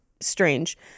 strange